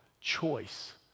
choice